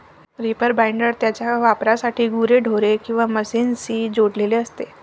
reaper binder त्याच्या वापरासाठी गुरेढोरे किंवा मशीनशी जोडलेले असते